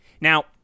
Now